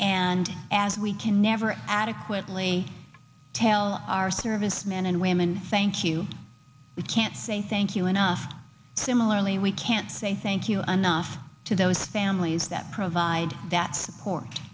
and as we can never adequately tell our servicemen and women thank you we can't say thank you enough similarly we can't say thank you anough to those families that provide that support